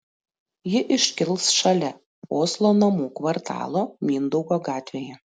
ji iškils šalia oslo namų kvartalo mindaugo gatvėje